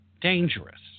dangerous